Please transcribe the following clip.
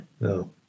No